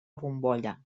bombolla